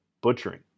butchering